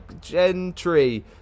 Gentry